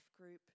group